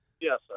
Yes